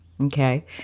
okay